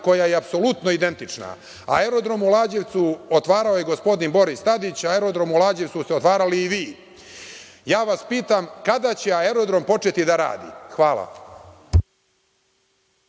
koja je apsolutno identična, aerodrom u Lađevcu otvaramo je gospodin Boris Tadić, a aerodrom u Lađevcu ste otvarali i vi. Ja vas pitam kada će aerodrom početi da radi? Hvala.